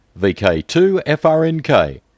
VK2FRNK